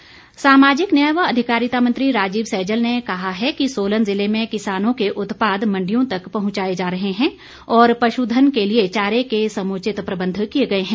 सैजल सामाजिक न्याय व अधिकारिता मंत्री राजीव सैजल ने कहा है कि सोलन ज़िले में किसानों के उत्पाद मण्डियों तक पहुंचाए जा रहे हैं और पशुधन के लिए चारे के समुचित प्रबंध किए गए हैं